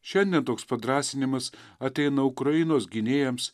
šiandien toks padrąsinimas ateina ukrainos gynėjams